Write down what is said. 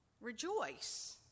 Rejoice